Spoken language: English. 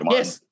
Yes